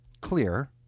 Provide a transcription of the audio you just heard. clear